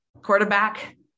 Quarterback